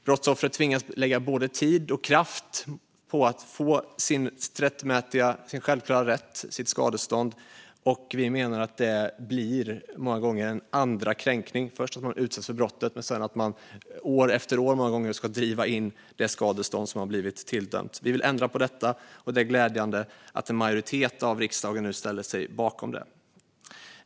Brottsoffret tvingas att lägga både tid och kraft på att få sin självklara rätt - sitt skadestånd. Vi menar att detta många gånger blir en andra kränkning - först utsätts man för brottet, och sedan får man många gånger år efter år försöka att driva in det skadestånd som man har tilldömts. Vi vill ändra på detta, och det är glädjande att en majoritet i riksdagen nu ställer sig bakom det.